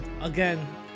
Again